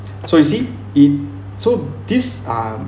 so you see if so these um